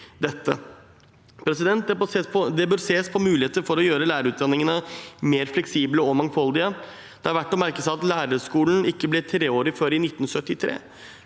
til dette. Det bør ses på muligheter for å gjøre lærerutdanningene mer fleksible og mangfoldige. Det er verdt å merke seg at lærerskolen ikke ble treårig før i 1973.